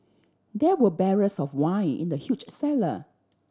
there were barrels of wine in the huge cellar